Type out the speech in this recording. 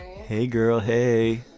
hey, girl. hey,